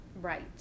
Right